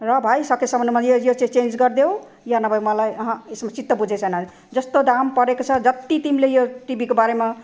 र भाइ सकेसम्ममा यो यो चाहिँ चेन्ज गरिदेऊ या नभए मलाई अहँ यसमा चित्त बुझेको छैन जस्तो दाम परेको छ जत्ति तिमीले यो टिभीको बारेमा